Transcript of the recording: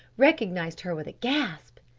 recognised her with a gasp.